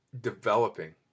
developing